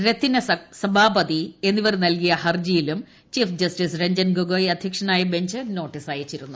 രത്തിന സബാപതി എന്നിവർ നൽകിയ ഹർജിയിലും ചീഫ് ജസ്റ്റിസ് രഞ്ജൻ ഗൊഗോയ് അധ്യക്ഷനായ ബഞ്ച് നോട്ടീസ് അയച്ചിരുന്നു